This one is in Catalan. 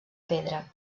pedra